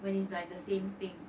what is the same thing